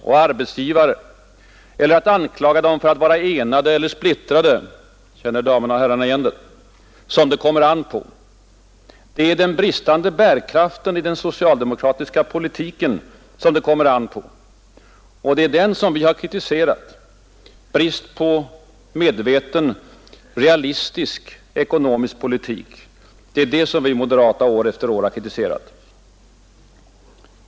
— ”och arbetsgivare, eller att anklaga dem för att vara enade eller splittrade” — känner damerna och herrarna igen det! — som dagens svårigheter löses. Det är ”den egna politikens bärkraft som det kommer an på”. Det är just den bristande bärkraften i den socialdemokratiska ekonomiska politiken, bristen på en målmedveten realistisk ekonomisk politik, som vi moderater år efter år har kritiserat.